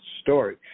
story